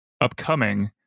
upcoming